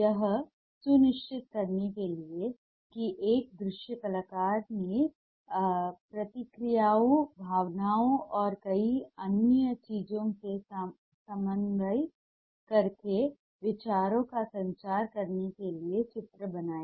यह सुनिश्चित करने के लिए है कि एक दृश्य कलाकार ने प्रतिक्रियाओं भावनाओं और कई अन्य चीजों का समन्वय करके विचारों का संचार करने के लिए चित्र बनाए